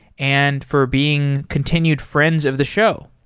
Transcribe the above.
and for being continued friends of the show.